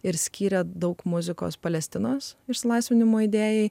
ir skyrė daug muzikos palestinos išsilaisvinimo idėjai